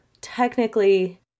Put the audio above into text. technically